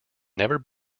never